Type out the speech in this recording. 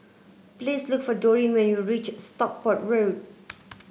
please look for Doreen when you reach Stockport Road